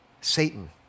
Satan